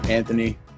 Anthony